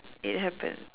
it happen